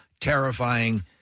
terrifying